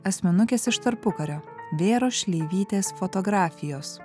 asmenukės iš tarpukario vėros šleivytės fotografijos